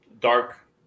dark